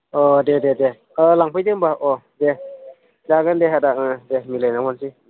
अ दे दे दे अ लांफैदो होमब्ला अ दे जागोन दे आदा अ दे मिलायना हरनोसै